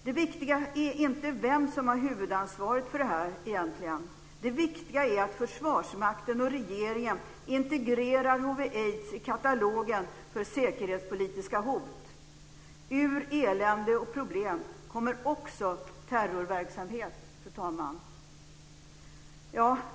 Det viktiga är egentligen inte vem som har huvudansvaret för det här, utan det viktiga är att Försvarsmakten och regeringen integrerar hiv/aids i katalogen över säkerhetspolitiska hot. Ur elände och problem kommer också terrorverksamhet, fru talman.